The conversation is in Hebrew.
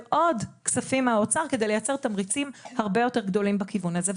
עוד כספים מהאוצר כדי לייצר תמריצים הרבה יותר גדולים בכיוון הזה.